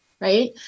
right